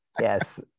Yes